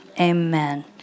Amen